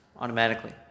automatically